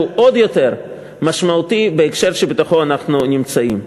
שהוא עוד יותר משמעותי בהקשר שבתוכו אנחנו נמצאים.